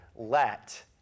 Let